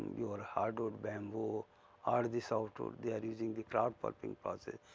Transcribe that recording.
your hardwood, bamboo or the softwood they are using the kraft pulping process,